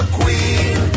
queen